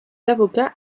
avocat